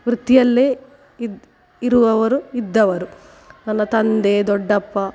ವೃತ್ತಿಯಲ್ಲೇ ಇದ್ ಇರುವವರು ಇದ್ದವರು ನನ್ನ ತಂದೆ ದೊಡ್ಡಪ್ಪ